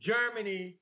Germany